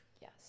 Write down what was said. Yes